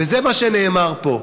וזה מה שנאמר פה,